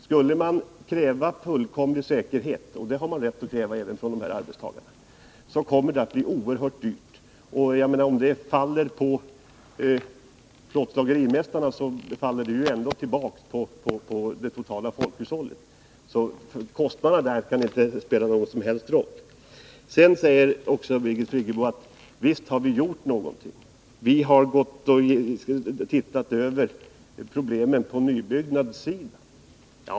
Skulle man kräva fullkomlig säkerhet — och det har även de här arbetstagarna rätt att kräva — kommer det att bli oerhört dyrt. Om Nr 38 kostnaderna faller på plåtslagerimästarna återverkar det ändå på det totala Måndagen den folkhushållet. Kostnaderna kan därför inte spela någon som helst roll. 1 december 1980 Sedan säger Birgit Friggebo: Visst har vi gjort någonting — vi har sett över problemen på nybyggnadssidan!